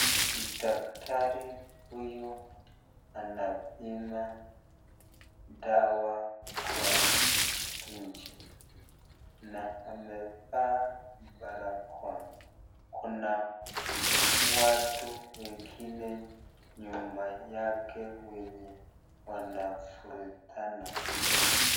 Daktari huyu anapima dawa kwa syringe na amevaa barakoa ,kuna watu wengine nyuma yake wenye wanavurutana.